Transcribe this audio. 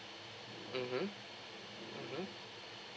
mmhmm mmhmm